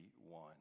one